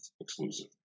exclusive